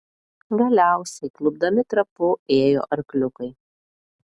galiausiai klupdami trapu ėjo arkliukai